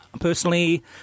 personally